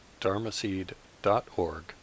dharmaseed.org